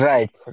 Right